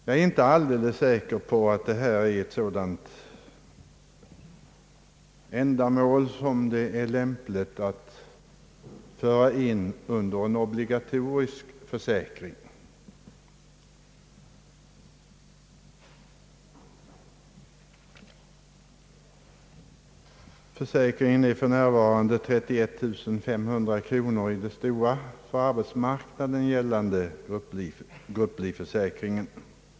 Jag är inte alldeles säker på att detta är ett sådant ändamål som är lämpligt att föra in under en obligatorisk försäkring. Försäkringsbeloppet är för närvarande 31 000 kronor i den stora för arbetsmarknaden gällande grupplivförsäkringen.